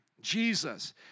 Jesus